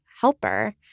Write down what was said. helper